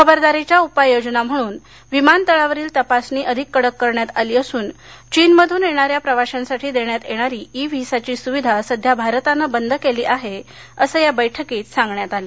खबरदारीच्या उपाययोजना म्हणून विमानतळावरील तपासणी अधिक कडक करण्यात आली असून चीनमधून येणाऱ्या प्रवाश्यांसाठी देण्यात येणारी ई व्हिसाची सूविधा भारतानं सध्या बंद केली आहे असं या बैठकीत सांगण्यात आलं